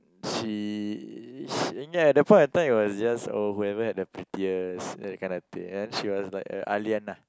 she sh~ ya that point of time it was just oh whoever had the prettiest know that kind of thing then she was like a Ah-Lian ah